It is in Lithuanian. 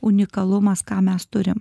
unikalumas ką mes turim